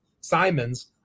Simons